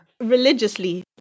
religiously